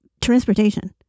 transportation